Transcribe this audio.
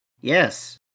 Yes